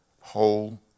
whole